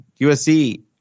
USC